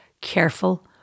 careful